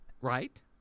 Right